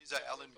שמי אלן גרין.